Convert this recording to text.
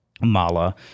mala